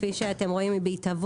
כפי שאתם רואים היא בהתהוות,